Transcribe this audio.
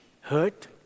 Hurt